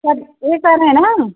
sir ये कहे रहें न